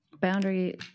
Boundary